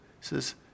says